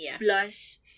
plus